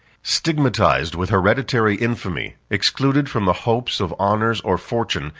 stigmatized with hereditary infamy, excluded from the hopes of honors or fortune,